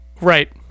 right